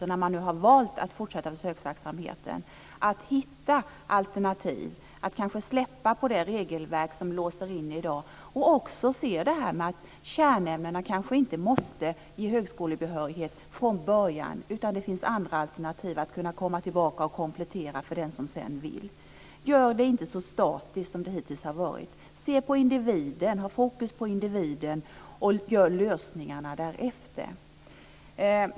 Och när man nu har valt att fortsätta med försöksverksamheten förväntar jag mig att man hittar alternativ, att man släpper på det regelverk som är så låst i dag. Kärnämnena kanske inte måste ge högskolebehörighet från början. Det måste finnas andra alternativ för att komma tillbaka och komplettera för den som sedan vill. Gör det inte så statiskt som det hittills har varit! Sätt fokus på individen och anpassa lösningarna därefter!